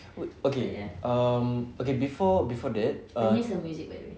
wa~ okay um okay before before that err